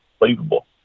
believable